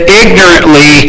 ignorantly